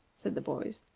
said the boys.